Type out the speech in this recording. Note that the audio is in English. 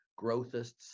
growthists